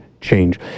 change